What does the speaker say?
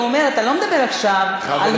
זה אומר שאתה לא מדבר עכשיו, חברתי היושבת בראש.